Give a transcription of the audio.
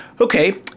Okay